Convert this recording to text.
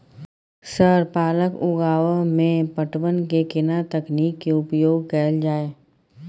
Sir पालक उगाव में पटवन के केना तकनीक के उपयोग कैल जाए?